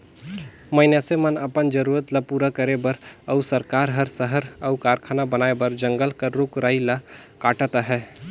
मइनसे मन अपन जरूरत ल पूरा करे बर अउ सरकार हर सहर अउ कारखाना बनाए बर जंगल कर रूख राई ल काटत अहे